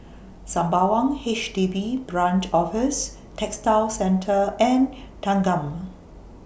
Sembawang H D B Branch Office Textile Centre and Thanggam